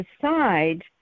decide